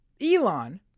Elon